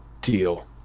Deal